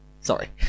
Sorry